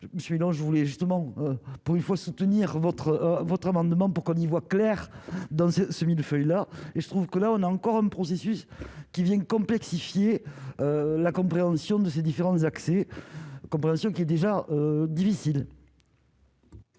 me suis non je voulais justement pour une fois soutenir votre votre amendement pour qu'on y voit clair dans ce mille-feuilles là et je trouve que là, on a encore un processus qui viennent complexifier la compréhension de ces différentes accès compréhension qui est déjà difficile.